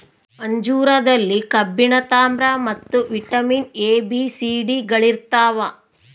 ಅಂಜೂರದಲ್ಲಿ ಕಬ್ಬಿಣ ತಾಮ್ರ ಮತ್ತು vitamin A B C D ಗಳಿರ್ತಾವ